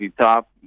top